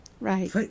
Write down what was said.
right